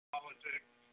Politics